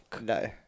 No